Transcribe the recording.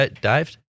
dived